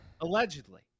Allegedly